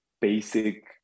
basic